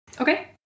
Okay